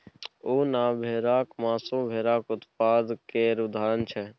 उन आ भेराक मासु भेराक उत्पाद केर उदाहरण छै